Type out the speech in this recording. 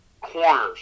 corners